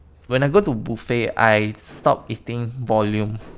when I go to buffet I stop eating volume